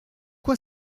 quoi